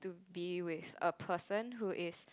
be with a person who is